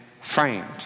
framed